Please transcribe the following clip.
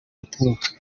atoroka